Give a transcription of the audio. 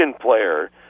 player